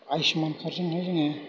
आयुशमान कार्डजोंहाय जोङो